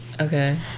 okay